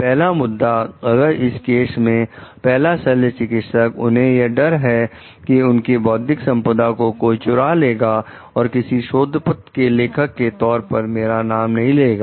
पहला व्यक्ति अगर इस केस में पहला शल्य चिकित्सक उन्हें यह डर है कि उनकी बौद्धिक संपदा को कोई चुरा लेगा और किसी शोध पत्र के लेखक के तौर पर मेरा नाम नहीं लेगा